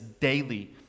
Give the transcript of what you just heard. daily